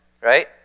right